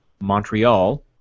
Montreal